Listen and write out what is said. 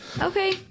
Okay